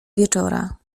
wieczora